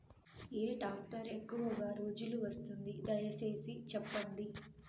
ఏ tractor ఎక్కువగా రోజులు వస్తుంది, దయసేసి చెప్పండి?